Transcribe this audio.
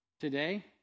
Today